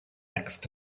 next